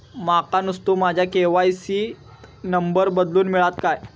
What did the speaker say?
माका नुस्तो माझ्या के.वाय.सी त नंबर बदलून मिलात काय?